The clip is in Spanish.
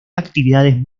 actividades